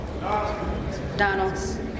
Donalds